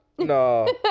No